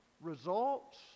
results